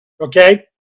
Okay